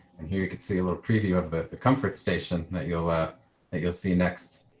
and here you can see a little preview of the comfort station that you'll ah you'll see next.